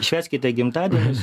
švęskite gimtadienius